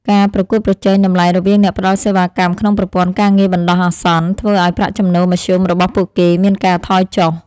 ការប្រកួតប្រជែងតម្លៃរវាងអ្នកផ្តល់សេវាកម្មក្នុងប្រព័ន្ធការងារបណ្ដោះអាសន្ន ធ្វើឱ្យប្រាក់ចំណូលមធ្យមរបស់ពួកគេមានការថយចុះ។